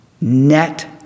net